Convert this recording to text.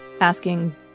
asking